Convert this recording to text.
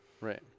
Right